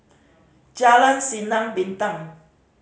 Jalan Sinar Bintang